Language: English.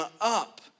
up